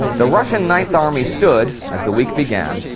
the russian ninth army stood, as the week began,